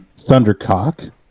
Thundercock